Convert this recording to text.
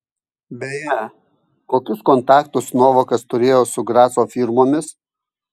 beje kokius kontaktus novakas turėjo su graco firmomis